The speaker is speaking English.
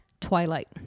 Twilight